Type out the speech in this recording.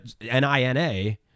N-I-N-A